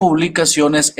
publicaciones